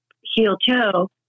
heel-toe